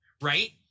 right